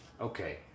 Okay